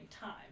time